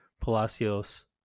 Palacios